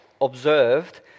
Observed